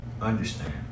understand